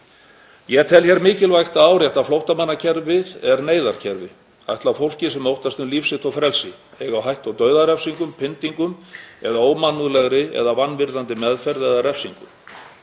Ég tel hér mikilvægt að árétta að flóttamannakerfið er neyðarkerfi ætlað fólki sem óttast um líf sitt og frelsi, á hættu á dauðarefsingum, pyndingum eða ómannúðlegri eða vanvirðandi meðferð eða refsingu.